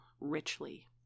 richly